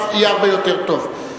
ואז יהיה הרבה יותר טוב.